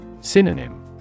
Synonym